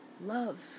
Love